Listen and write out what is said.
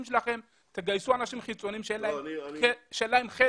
תגייסו אנשים חיצוניים שאין להם חלק,